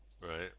Right